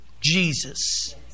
Jesus